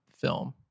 film